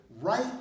Right